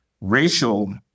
racial